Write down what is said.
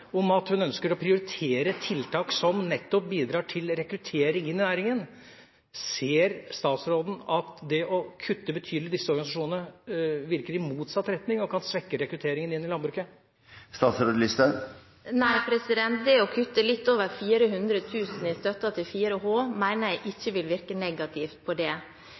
om at hun ønsker å prioritere tiltak som nettopp bidrar til rekruttering inn. Ser statsråden at det å kutte betydelig til disse organisasjonene virker i motsatt retning og kan svekke rekrutteringa inn i landbruket? Nei, det å kutte litt over 400 000 kr i støtten til 4H mener jeg ikke vil virke negativt på det.